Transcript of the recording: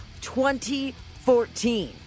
2014